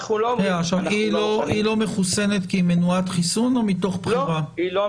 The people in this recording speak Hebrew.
היא לא מחוסנת כי היא מנועת חיסון או מתוך בחירה?